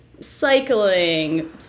cycling